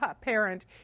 parent